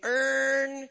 earn